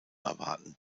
erwarten